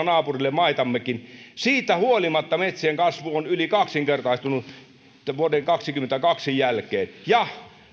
naapurille tuhatyhdeksänsataaneljäkymmentäneljä rauhansopimuksella siitä huolimatta metsien kasvu on yli kaksinkertaistunut vuoden tuhatyhdeksänsataakaksikymmentäkaksi jälkeen ja